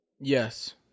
Yes